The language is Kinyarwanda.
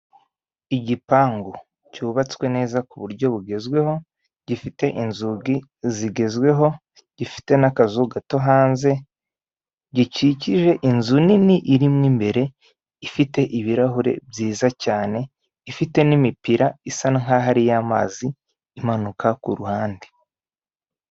Igipangu, cyubatswe neza ku buryo bugezweho, gifite inzugi zigezweho zifite n'akazu gato hanze gikikije inzu nini irimo imbere ifite ibirahure byiza cyane, ifite n'imipira isa nkaho ari iy'amazi amanuka ku ruhande.